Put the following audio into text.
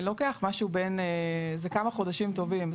זה כמה חודשים טובים.